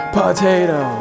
potato